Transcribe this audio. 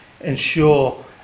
ensure